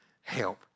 help